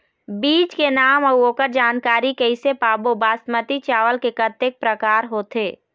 बीज के नाम अऊ ओकर जानकारी कैसे पाबो बासमती चावल के कतेक प्रकार होथे?